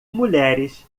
mulheres